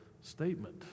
statement